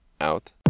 out